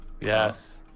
Yes